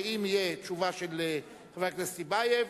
ואם תהיה תשובה של חבר הכנסת טיבייב,